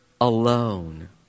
alone